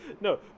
no